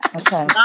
Okay